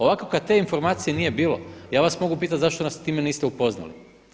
Ovako kad te informacije nije bilo ja vas mogu pitati zašto nas sa time niste upoznali.